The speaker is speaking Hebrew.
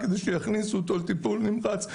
כדי שיכניסו אותו לטיפול נמרץ,